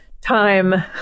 time